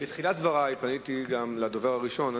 בתחילת דברי פניתי גם אל הדובר הראשון,